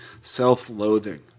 Self-loathing